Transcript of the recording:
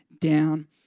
down